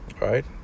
Right